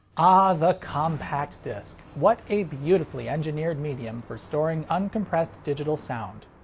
ahh, the compact disc. what a beautifully engineered medium for storing uncompressed digital sound.